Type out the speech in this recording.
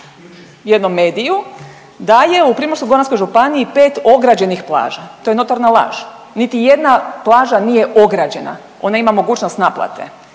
jednom mediju da je u Primorsko-goranskoj županiji 5 ograđenih plaža. To je notorna laž. Niti jedna plaža nije ograđena. Ona ima mogućnost naplate,